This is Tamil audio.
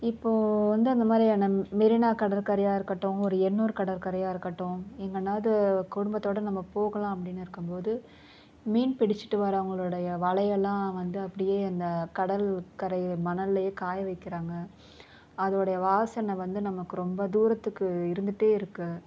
இப்போது வந்து அந்த மாதிரியான மெரினா கடற்கரையாக இருக்கட்டும் ஒரு எண்ணூர் கடற்கரையாக இருக்கட்டும் எங்கேனாது குடும்பத்தோடு நம்ம போகலாம் அப்படின்னு இருக்கும் போது மீன் பிடிச்சுட்டு வரவர்களுடைய வலையை எல்லாம் வந்து அப்படியே அந்த கடற்கரை மணலிலே காய வைக்கிறாங்க அதோடய வாசனை வந்து நமக்கு ரொம்ப தூரத்துக்கு இருந்துகிட்டே இருக்குது